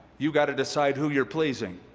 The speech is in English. you gotta decide who you're pleasing.